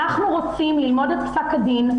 אנחנו רוצים ללמוד את פסק הדין.